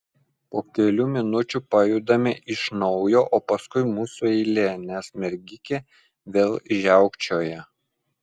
po kelių minučių pajudame iš naujo o paskui mūsų eilė nes mergikė vėl žiaukčioja